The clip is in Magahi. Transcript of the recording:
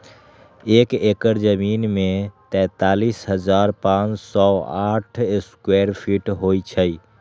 एक एकड़ जमीन में तैंतालीस हजार पांच सौ साठ स्क्वायर फीट होई छई